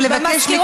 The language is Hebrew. תכף